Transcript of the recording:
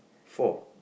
four